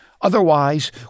Otherwise